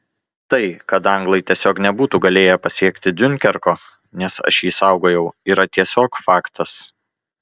tai kad anglai tiesiog nebūtų galėję pasiekti diunkerko nes aš jį saugojau yra tiesiog faktas